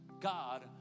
God